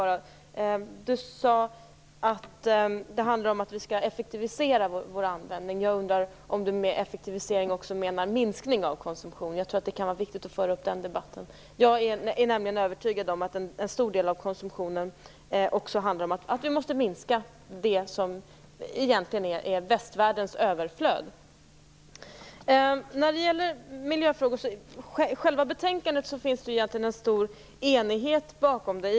Anna Lindh sade att det handlar om en effektivisering när det gäller användningen. Jag undrar om Anna Lindh med effektivisering också menar minskning av konsumtionen. Jag tror att det är viktigt att föra upp den debatten. Jag är nämligen övertygad om att det till en stor del också handlar om att vi måste minska konsumtionen, det som egentligen är västvärldens överflöd. I själva betänkandet finns det egentligen en stor enighet om miljöfrågorna.